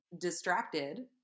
distracted